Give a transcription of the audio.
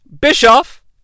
Bischoff